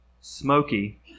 smoky